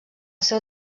seu